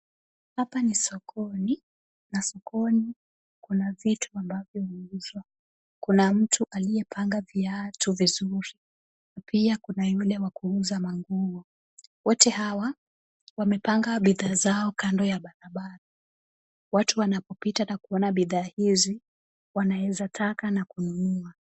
Hapa ni sokoni na sokoni kuna vitu ambavyo vinauzwa, kuna mtu aliyepanga viatu vizuri na pia kuna yule wa kuuza manguo. Wote hawa wamepanga bidhaa zao kando ya barabara. Watu wanapopita na kuona bidhaa hizi wanaeza taka na kununua.